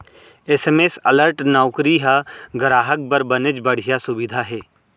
SMS alert नउकरी ह गराहक बर बनेच बड़िहा सुबिधा हे